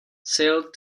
sailed